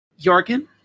Jorgen